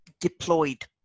deployed